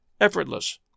effortless